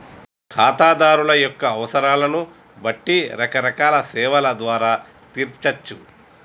ఖాతాదారుల యొక్క అవసరాలను బట్టి రకరకాల సేవల ద్వారా తీర్చచ్చు